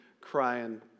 crying